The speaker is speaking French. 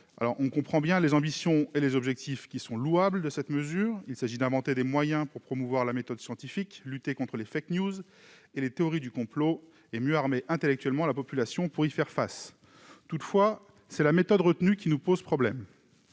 comprenons les ambitions et les objectifs de cette mesure, qui sont louables : il s'agit d'inventer des moyens pour promouvoir la méthode scientifique, de lutter contre les et les théories du complot et de mieux armer intellectuellement la population pour y faire face. Toutefois, c'est la méthode retenue qui nous pose problème.